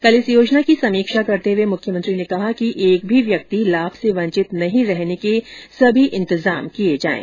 कल इस योजना की समीक्षा करते हुए मुख्यमंत्री ने कहा कि एक भी व्यक्ति लाभ से वंचित नहीं रहने के सभी इंतजाम किए जाएं